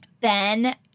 Ben